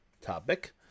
topic